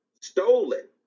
stolen